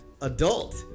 adult